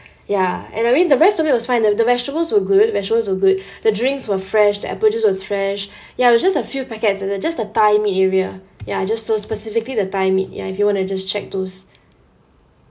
ya and I mean the rest of it was fine the the vegetables were good vegetables were good the drinks were fresh the apple juice was fresh ya were just a few packets and uh just the thigh meat area ya just so specifically the thigh meat ya if you want to just check those